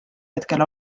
hetkel